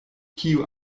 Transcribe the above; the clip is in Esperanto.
kiu